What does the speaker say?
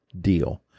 deal